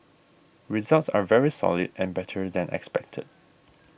results are very solid and better than expected